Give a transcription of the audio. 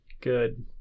good